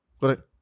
correct